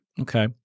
Okay